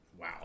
Wow